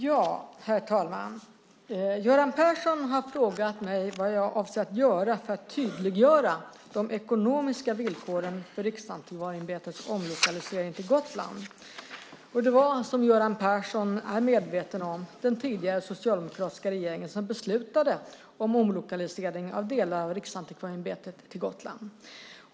Herr talman! Göran Persson har frågat mig vad jag avser att göra för att tydliggöra de ekonomiska villkoren för Riksantikvarieämbetets omlokalisering till Gotland. Det var, som Göran Persson är medveten om, den tidigare socialdemokratiska regeringen som beslutade om omlokaliseringen av delar av Riksantikvarieämbetet till Gotland.